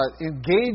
engage